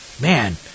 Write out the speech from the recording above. man